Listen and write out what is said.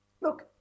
Look